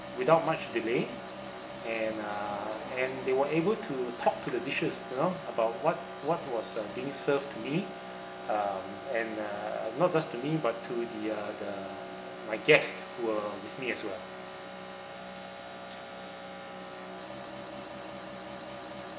without much delay and uh and they were able to talk to the dishes you know about what what was uh being served to me um and uh not just to me but to the uh the my guest who were with me as well